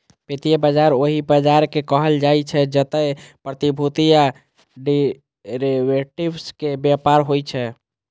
वित्तीय बाजार ओहि बाजार कें कहल जाइ छै, जतय प्रतिभूति आ डिरेवेटिव्स के व्यापार होइ छै